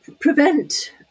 prevent